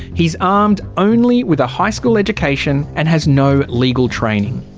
he's armed only with a high school education and has no legal training.